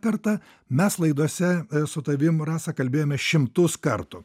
kartą mes laidose su tavim rasa kalbėjome šimtus kartų